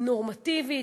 נורמטיבית,